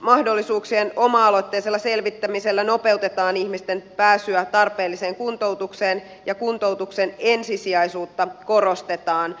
kuntoutusmahdollisuuksien oma aloitteisella selvittämisellä nopeutetaan ihmisten pääsyä tarpeelliseen kuntoutukseen ja kuntoutuksen ensisijaisuutta korostetaan